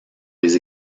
les